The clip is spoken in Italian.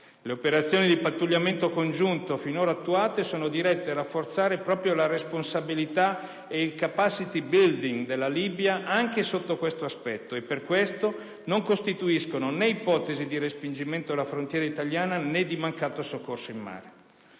Le operazioni di pattugliamento congiunto finora attuate sono dirette a rafforzare proprio la responsabilità e il *capacity building* della Libia anche sotto questo aspetto, e per questo non costituiscono né ipotesi di respingimento alla frontiera italiana, né di mancato soccorso in mare.